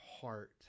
heart